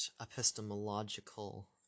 epistemological